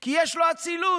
כי יש לו אצילות,